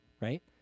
right